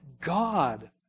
God